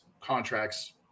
contracts